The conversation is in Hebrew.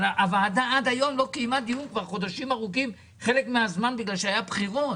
הוועדה לא קיימה במשך חודשים ארוכים דיון בגלל הבחירות